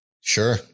sure